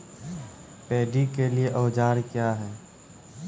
Paddy के लिए औजार क्या हैं?